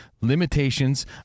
Limitations